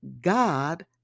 God